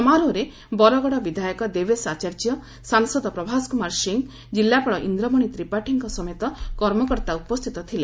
ସମାରୋହରେ ବରଗଡ଼ ବିଧାୟକ ଦେବେଶ ଆଚାର୍ଯ୍ୟ ସାଂସଦ ପ୍ରଭାସ କୁମାର ସିଂହ ଜିଲ୍ଲାପାଳ ଇନ୍ଦ୍ରମଣି ତ୍ରିପାଠୀଙ୍ଙ ସମେତ କର୍ମକର୍ତା ଉପସ୍ଥିତ ଥିଲେ